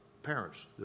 parents